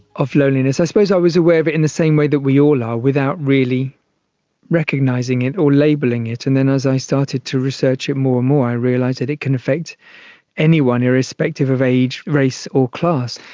of loneliness. i suppose i was aware but in the same way that we all are, without really recognising it or labelling it. and then as i started to research it more and more i realised that it can affect anyone, irrespective of age, race or class,